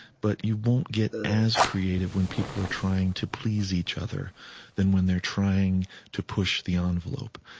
but you won't get as creative when people are trying to please each other than when they're trying to push the envelope.